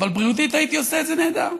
אבל בריאותית הייתי עושה את זה נהדר.